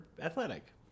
athletic